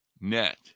net